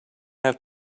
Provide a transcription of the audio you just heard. have